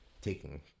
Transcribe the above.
taking